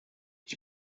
ich